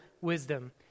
wisdom